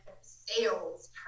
sales